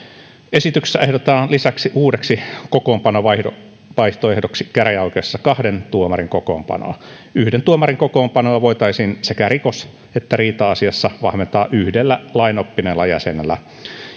esityksessä ehdotetaan lisäksi uudeksi kokoonpanovaihtoehdoksi käräjäoikeudessa kahden tuomarin kokoonpanoa yhden tuomarin kokoonpanoa voitaisiin sekä rikos että riita asiassa vahventaa yhdellä lainoppineella jäsenellä